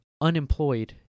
unemployed